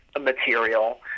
material